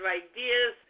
ideas